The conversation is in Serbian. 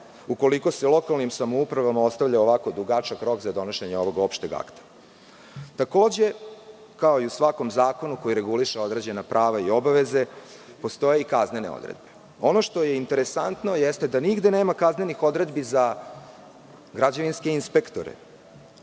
ukoliko se lokalnim samouprava ostavlja ovako dugačak rok za donošenje ovog opšteg akta. Takođe, kao i u svakom zakonu koji reguliše određena prava i obaveze, postoje i kaznene odredbe. Ono što je interesantno jeste da nigde nema kaznenih odredbi za građevinske inspektore.